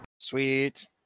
Sweet